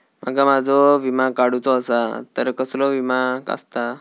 माका माझो विमा काडुचो असा तर कसलो विमा आस्ता?